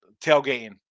tailgating